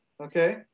Okay